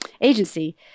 Agency